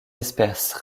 espèces